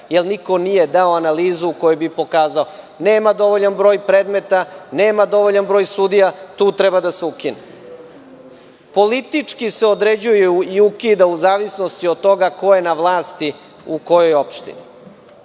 jer niko nije dao analizu u kojoj bi pokazao - nema dovoljan broj predmeta, nema dovoljan broj sudija, tu treba da se ukine. Politički se određuje i ukida u zavisnosti od toga ko je na vlasti u kojoj opštini.